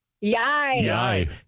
yay